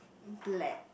black